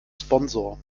sponsor